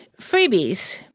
freebies